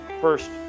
first